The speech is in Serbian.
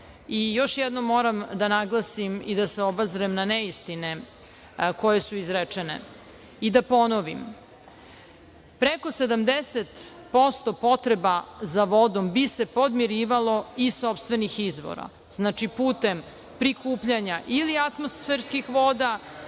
još jednom moram da naglasim i da se obazrem na neistine koje su izrečene i da ponovim, preko 70% potreba za vodom bi se podmirivalo iz sopstvenih izvora. Znači, putem prikupljanja ili atmosferskih voda